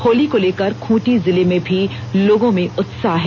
होली को लेकर खूंटी जिले में भी लोगों में उत्साह है